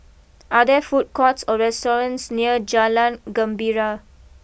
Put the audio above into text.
are there food courts or restaurants near Jalan Gembira